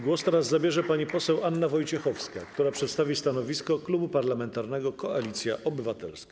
Głos teraz zabierze pani poseł Anna Wojciechowska, która przedstawi stanowisko Klubu Parlamentarnego Koalicja Obywatelska.